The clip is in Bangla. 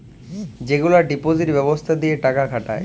যেগলা ডিপজিট ব্যবস্থা দিঁয়ে টাকা খাটায়